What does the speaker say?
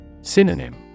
Synonym